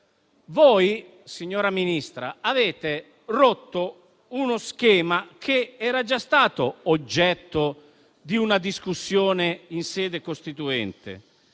Voi, signora Ministra, avete rotto uno schema che era già stato oggetto di una discussione in sede costituente.